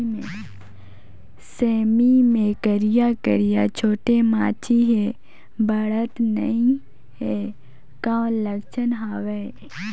सेमी मे करिया करिया छोटे माछी हे बाढ़त नहीं हे कौन लक्षण हवय?